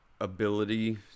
ability